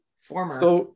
former